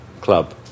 club